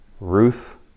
Ruth